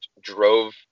drove